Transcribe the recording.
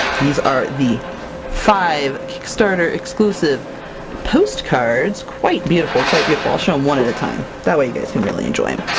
these are the five kickstarter exclusive postcards! quite beautiful! quite beautiful, i'll show them one at a time. that way you guys can really enjoy them.